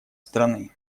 страны